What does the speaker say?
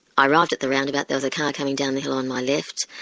i arrived at the roundabout there was a car coming down the hill on my left.